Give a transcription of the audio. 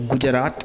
Gujarat